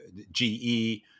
GE